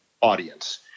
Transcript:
audience